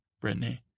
Brittany